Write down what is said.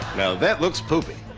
now that looks poopy.